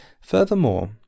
Furthermore